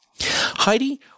Heidi